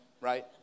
Right